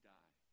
die